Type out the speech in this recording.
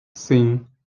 sim